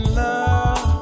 love